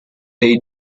dei